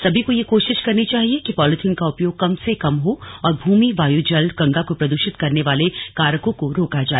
सभी को यह कोशिश करनी चाहिए कि पॉलीथीन का उपयोग कम से कम हो और भूमि वायु जल गंगा को प्रदूषित करने वाले कारकों को रोका जाए